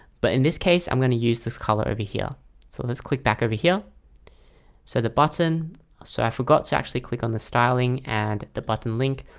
but in this case, i'm gonna use this color over here so let's click back over here so the button so i forgot to actually click on the styling and the button link.